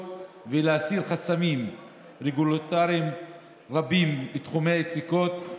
ולהסיר חסמים רגולטוריים בתחומי העתיקות,